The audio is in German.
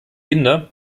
inder